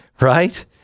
right